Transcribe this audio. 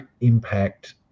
impact